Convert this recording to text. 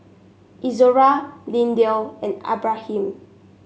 Izora Lindell and Abraham